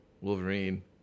Wolverine